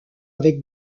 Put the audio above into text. avec